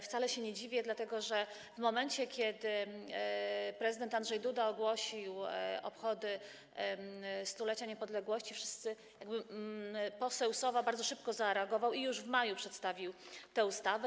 Wcale się nie dziwię, dlatego że w momencie kiedy prezydent Andrzej Duda ogłosił obchody stulecia niepodległości, poseł Sowa bardzo szybko zareagował i już w maju przedstawił tę ustawę.